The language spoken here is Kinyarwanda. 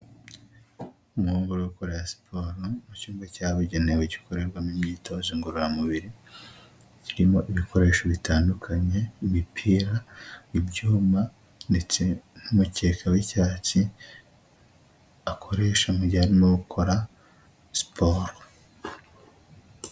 Umuhungu uri gukora siporo mu cyumba cyabugenewe gikorerwamo imyitozo ngororamubiri, kirimo ibikoresho bitandukanye: imipira, ibyuma, imyitozo ndetse n'ukukeka w'icyatsi, akoresha mugihe arimo gukora siporo.